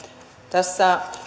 tässä